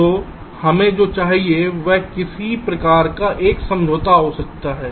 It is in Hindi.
तो हमें जो चाहिए वह किसी प्रकार का समझौता है